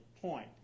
point